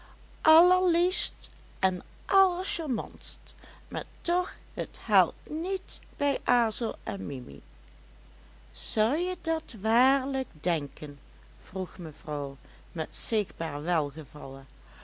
allerliefst en allercharmantst maar toch het haalt niet bij azor en mimi zou je dat waarlijk denken vroeg mevrouw met zichtbaar welgevallen